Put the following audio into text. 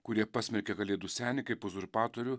kurie pasmerkė kalėdų senį kaip uzurpatorių